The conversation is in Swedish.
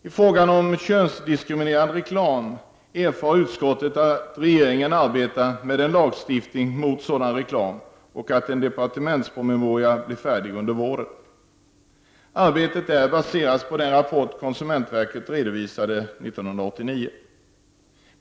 I frågan om könsdiskriminerande reklam erfar utskottet att regeringen arbetar med en lagstiftning mot sådan reklam och att en departementspromemoria blir färdig under våren. Arbetet baseras på den rapport konsumentverket redovisade 1989.